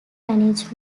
management